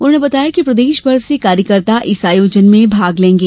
उन्होंने बताया कि प्रदेशभर से कार्यकर्ता इस आयोजन में भाग लेंगे